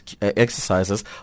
exercises